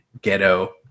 Ghetto